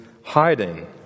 hiding